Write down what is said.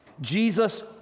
jesus